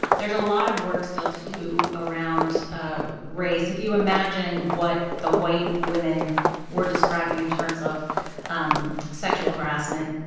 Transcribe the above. there's a lot of work still to do around ah race. if you imagine what the white women were describing in terms of um sexual harassment,